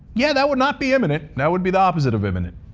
yeah, that would not be imminent. that would be the opposite of imminent.